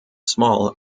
small